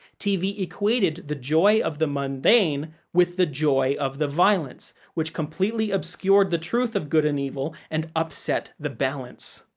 tv equated the joy of the mundane with the joy of the violence, which completely obscured the truth of good and evil and upset the balance.